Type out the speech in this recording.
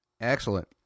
Excellent